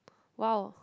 !wow!